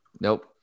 Nope